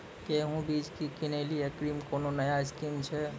गेहूँ बीज की किनैली अग्रिम कोनो नया स्कीम छ?